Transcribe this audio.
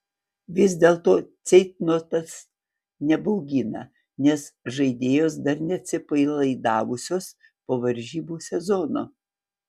vis dėlto ceitnotas nebaugina nes žaidėjos dar neatsipalaidavusios po varžybų sezono